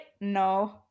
No